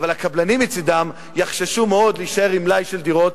אבל הקבלנים מצדם יחששו מאוד להישאר עם מלאי של דירות.